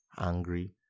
angry